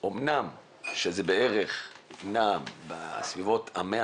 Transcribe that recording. אמנם זה בערך 100 שקלים.